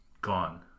gone